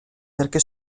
perché